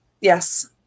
Yes